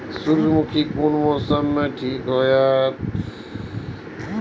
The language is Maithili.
सूर्यमुखी कोन मौसम में ठीक होते?